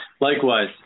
Likewise